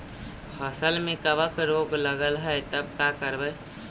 फसल में कबक रोग लगल है तब का करबै